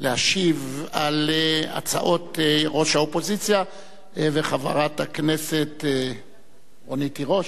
להשיב על הצעות ראש האופוזיציה וחברת הכנסת רונית תירוש.